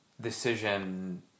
decision